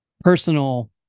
personal